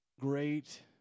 Great